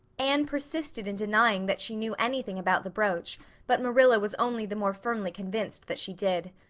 anne persisted in denying that she knew anything about the brooch but marilla was only the more firmly convinced that she did.